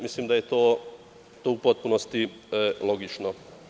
Mislim da je to u potpunosti logično.